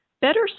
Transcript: Better